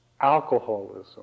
alcoholism